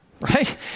Right